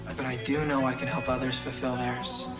but i do know i can help others fulfill theirs.